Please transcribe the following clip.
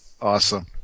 awesome